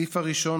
התשע"ח 2018,